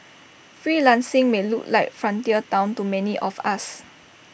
freelancing may look like frontier Town to many of us